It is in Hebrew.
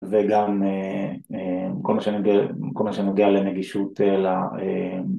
וגם מכל מה שנוגע לנגישות